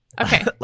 Okay